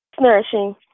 Nourishing